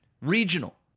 regional